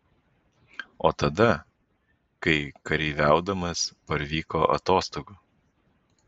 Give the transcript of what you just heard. o tada kai kareiviaudamas parvyko atostogų